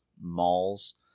malls